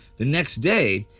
the next day,